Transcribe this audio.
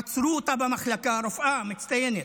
עצרו אותה במחלקה, רופאה מצטיינת.